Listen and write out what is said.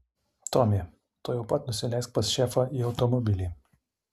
tomi tuojau pat nusileisk pas šefą į automobilį